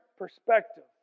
perspective